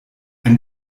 ein